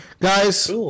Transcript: Guys